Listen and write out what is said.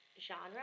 genre